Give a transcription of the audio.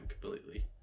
completely